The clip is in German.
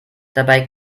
dabei